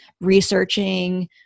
researching